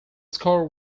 score